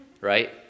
right